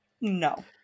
no